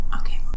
Okay